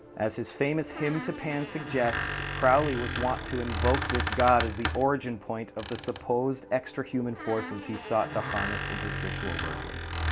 as his famous hymn to pan suggests, crowley was want to invoke this god as the origin point of the supposed extra-human forces he sought to harness in his ritual workings.